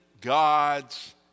God's